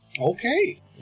Okay